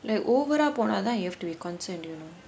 like over போனாதான்:ponaathaan you have to be concerned you know